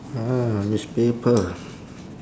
ah newspaper